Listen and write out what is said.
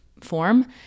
form